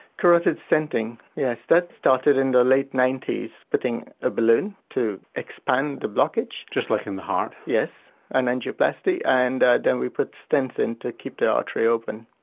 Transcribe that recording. carotid stenting, yes, that started in the late ninety s putting a balloon to expand the blockage. just like in the heart. yes, an angioplasty and then we put stents in to keep the artery open.